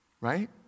Right